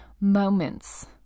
moments